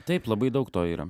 taip labai daug to yra